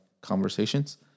conversations